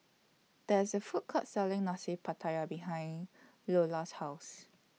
There IS A Food Court Selling Nasi Pattaya behind Loula's House